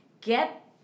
get